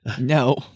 No